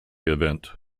event